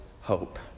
hope